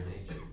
nature